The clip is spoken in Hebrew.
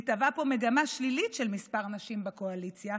מתהווה פה מגמה שלילית של מספר הנשים בקואליציה,